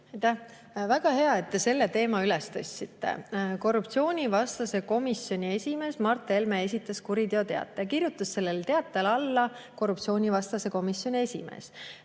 Väga hea, et te selle teema üles tõstsite. Korruptsioonivastase [eri]komisjoni esimees Mart Helme esitas kuriteoteate ja kirjutas sellele teatele alla kui korruptsioonivastase [eri]komisjoni esimees.